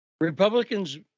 Republicans